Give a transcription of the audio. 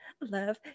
love